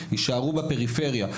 יישארו בפריפריה.